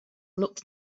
looked